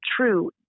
true